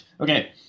okay